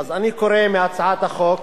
אז אני קורא מהצעת החוק,